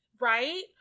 Right